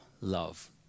love